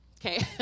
okay